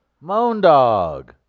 Moondog